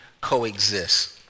coexist